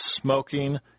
smoking